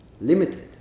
limited